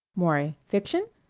maury fiction?